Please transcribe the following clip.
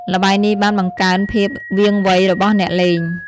ល្បែងនេះបានបង្កើនភាពវាងវៃរបស់អ្នកលេង។